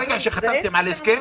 ברגע שחתמתם על הסכם,